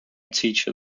teacher